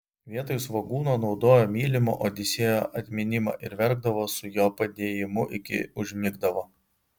vietoj svogūno naudojo mylimo odisėjo atminimą ir verkdavo su jo padėjimu iki užmigdavo